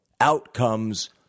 Outcomes